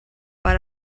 per